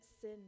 sin